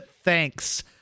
Thanks